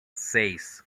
seis